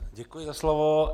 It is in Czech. Děkuji za slovo.